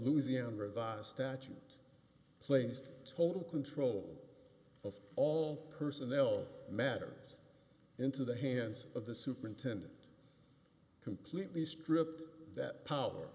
louisiana revised statutes placed total control of all personnel matters into the hands of the superintendent completely stripped that power